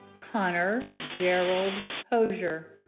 connor gerald hosier